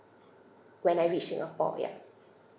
when I reached singapore ya